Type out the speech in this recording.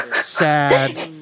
sad